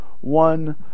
one